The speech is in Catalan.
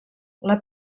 les